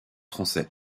français